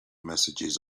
messages